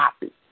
happy